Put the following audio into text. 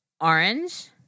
Orange